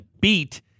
beat